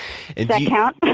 and that count?